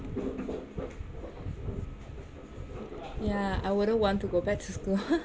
yah I wouldn't want to go back to school